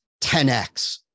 10X